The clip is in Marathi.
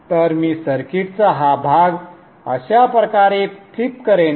तर मी सर्किटचा हा भाग अशा प्रकारे फ्लिप करेन